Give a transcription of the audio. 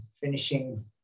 finishing